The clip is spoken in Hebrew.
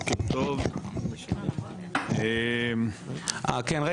כיוון שיש לא מעט דיסאינפורמציה לגבי החוק